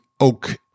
oak